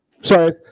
Sorry